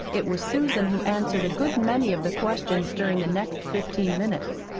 it was susan who answered a good many of the questions during the next fifteen minutes.